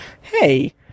Hey